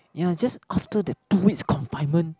ya just after the two weeks confinement